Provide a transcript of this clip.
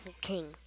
King